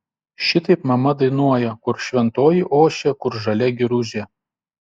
šitaip mama dainuoja kur šventoji ošia kur žalia giružė